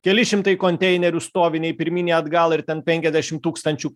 keli šimtai konteinerių stovi nei pirmyn nei atgal ir ten penkiasdešim tūkstančių